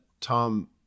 Tom